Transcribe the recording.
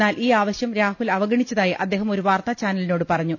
എന്നാൽ ഈ ആവശ്യം രാഹുൽ അവഗണിച്ചതായി അദ്ദേഹം ഒരു വാർത്താ ചാനലിനോട് പറഞ്ഞു